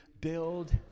Build